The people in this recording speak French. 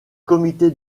comités